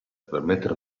permettere